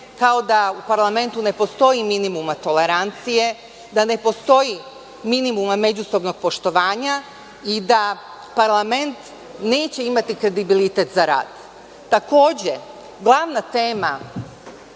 kao da u parlamentu ne postoji minimuma tolerancije, da ne postoji minimuma međusobnog poštovanja i da parlament neće imati kredibilitet za rad. Takođe, glavna tema